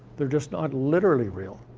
they're just not literally real.